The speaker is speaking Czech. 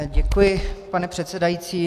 Děkuji, pane předsedající.